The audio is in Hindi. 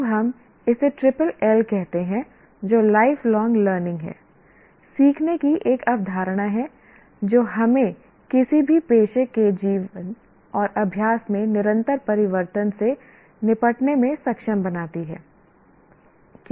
अब हम इसे ट्रिपल L कहते हैं जो लाइफ लोंग लर्निंग है सीखने की एक अवधारणा है जो हमें किसी भी पेशे के जीवन और अभ्यास में निरंतर परिवर्तन से निपटने में सक्षम बनाती है